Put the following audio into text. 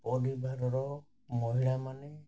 ପରିବାରର ମହିଳାମାନେ